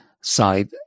side